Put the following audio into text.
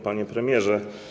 Panie Premierze!